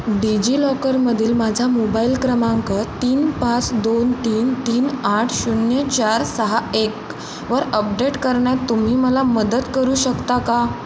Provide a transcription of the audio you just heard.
digi लॉकरमधील माझा mobile क्रमांक तीन पाच दोन तीन तीन आठ शून्य चार सहा एक वर अपडेट करण्यात तुम्ही मला मदत करू शकता का